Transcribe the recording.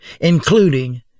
including